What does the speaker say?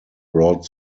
brought